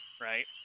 right